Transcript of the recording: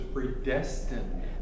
Predestined